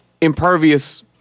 impervious